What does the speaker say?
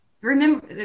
remember